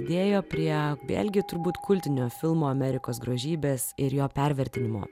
dėjo prie vėlgi turbūt kultinio filmo amerikos grožybės ir jo pervertinimo